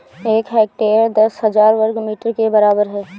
एक हेक्टेयर दस हजार वर्ग मीटर के बराबर है